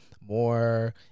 More